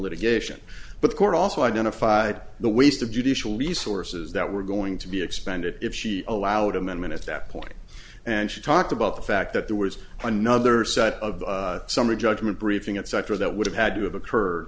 litigation but court also identified the waste of judicial resources that were going to be expended if she allowed amendment at that point and she talked about the fact that there was another set of summary judgment briefing etc that would have had to have occur